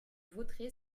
voterai